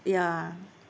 ya